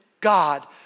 God